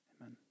Amen